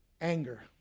Anger